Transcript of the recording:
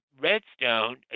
Redstone